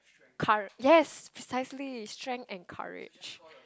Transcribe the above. yes precisely strength and courage